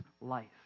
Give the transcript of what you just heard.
life